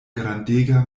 grandega